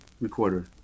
recorder